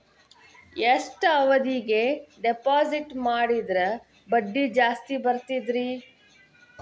ಎಷ್ಟು ಅವಧಿಗೆ ಡಿಪಾಜಿಟ್ ಮಾಡಿದ್ರ ಬಡ್ಡಿ ಜಾಸ್ತಿ ಬರ್ತದ್ರಿ?